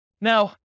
Now